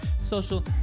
social